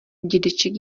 dědeček